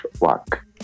walk